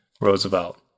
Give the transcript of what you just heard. Roosevelt